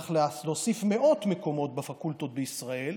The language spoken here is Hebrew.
צריך להוסיף מאות מקומות בפקולטות בישראל,